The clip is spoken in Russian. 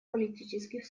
политических